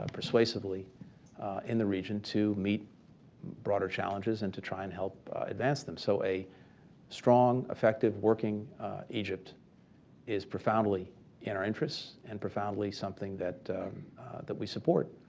ah persuasively in the region to meet broader challenges and to try and advance them. so a strong, effective working egypt is profoundly in our interests and profoundly something that that we support.